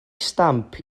stamp